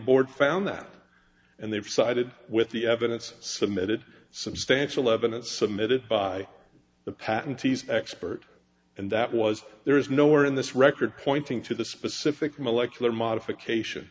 board found that and they've sided with the evidence submitted substantial evidence submitted by the patent expert and that was there is nowhere in this record pointing to the specific molecular modification